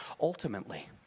ultimately